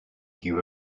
give